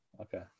okay